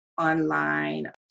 online